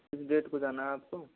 किस डेट को जाना है आपको